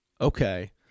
okay